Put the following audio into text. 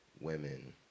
Women